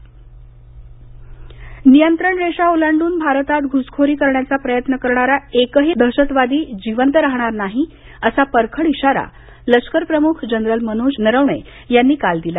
जम्म काश्मीर लष्करप्रमख नियंत्रण रेषा ओलांडून भारतात घुसखोरी करण्याचा प्रयत्न करणारा एकही दहशतवादी जिवंत राहणार नाही असा परखड इशारा लष्करप्रमुख जनरल मनोज नरवणे यांनी काल दिला